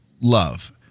love